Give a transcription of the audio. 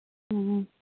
ꯎꯝ ꯎꯝ